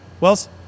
Wells